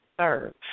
serve